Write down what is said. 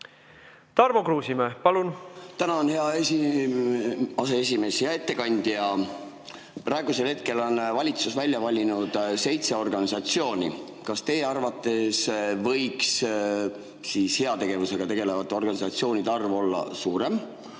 Tarmo Kruusimäe, palun! Tänan, hea aseesimees! Hea ettekandja! Praegusel hetkel on valitsus välja valinud seitse organisatsiooni. Kas teie arvates võiks heategevusega tegelevate organisatsioonide arv olla suurem